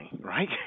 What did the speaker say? right